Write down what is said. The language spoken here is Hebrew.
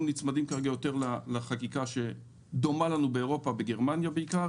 אנחנו נצמדים כרגע יותר לחקיקה שדומה לנו באירופה בגרמניה בעיקר